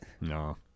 no